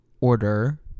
order